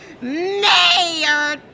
Mayor